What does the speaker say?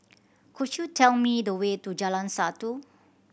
could you tell me the way to Jalan Satu